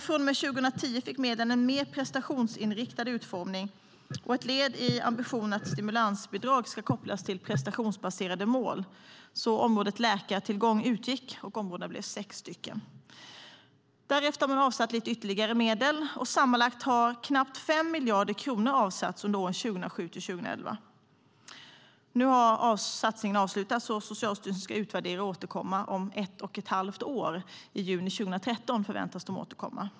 Från och med 2010 fick medlen en mer prestationsinriktad utformning, och ett led i ambitionen var att stimulansbidrag ska kopplas till prestationsbaserade mål. Området läkartillgång utgick, och antalet områden blev sex. Därefter har man avsatt lite ytterligare medel, och sammanlagt har knappt 5 miljarder kronor avsatts under åren 2007-2011. Nu har satsningen avslutats, och Socialstyrelsen ska utvärdera och återkomma om ett och ett halvt år. I juni 2013 förväntas man återkomma.